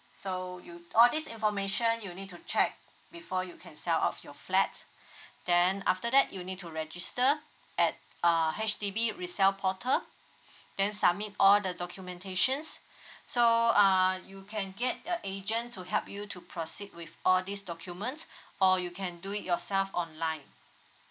so you all this information you need to check before you can sell off your flat then after that you need to register at err H_D_B resell portal then submit all the documentations so uh you can get an agent to help you to proceed with all these documents or you can do it yourself online